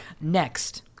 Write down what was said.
Next